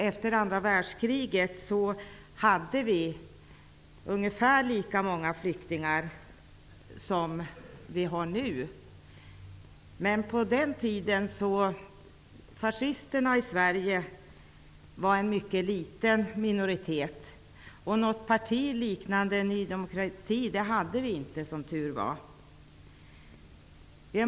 Efter andra världskriget hade Sverige ungefär lika många flyktingar som nu, men på den tiden var fascisterna i Sverige en mycken liten grupp. Något parti liknande Ny demokrati fanns det som tur var inte.